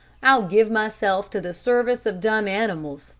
i'll give myself to the service of dumb animals,